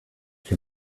can